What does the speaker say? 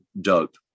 dope